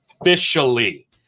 officially